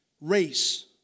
race